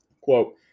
Quote